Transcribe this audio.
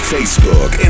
Facebook